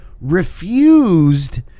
refused